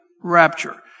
rapture